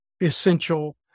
essential